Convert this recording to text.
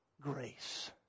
grace